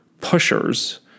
pushers